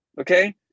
Okay